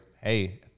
hey